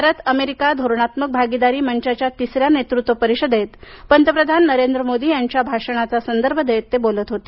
Bharat America धोरणात्मक भागीदारी मंचाच्या तिसऱ्या नेतृत्व परिषदेत पंतप्रधान नरेंद्र मोदी यांच्या भाषणाचा संदर्भ देत ते बोलत होते